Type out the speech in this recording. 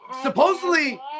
supposedly